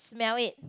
smell it